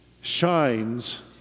shines